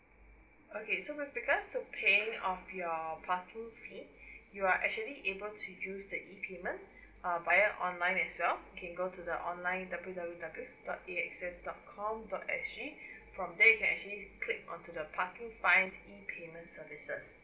okay so with regards to paying of your parking fee you are actually able to use the e payment uh via online as well you can go to the online W W W dot A X S dot com dot S G from there you can actually click on to the parking fine e payment services